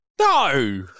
No